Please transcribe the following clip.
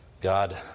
God